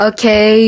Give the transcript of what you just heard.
Okay